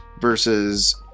Versus